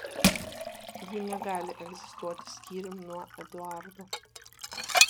ji negali egzistuoti skyrium nuo eduardo